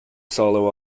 solo